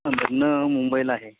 लग्न मुंबईला आहे